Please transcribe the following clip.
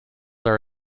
are